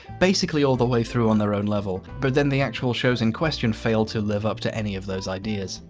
basically all the way through on their own level. but then the actual shows in question fail to live up to any of those ideas.